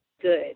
good